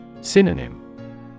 Synonym